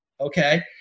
Okay